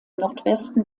nordwesten